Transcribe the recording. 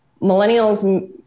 millennials